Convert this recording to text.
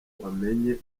wamenye